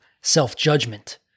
self-judgment